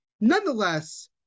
nonetheless